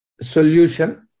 Solution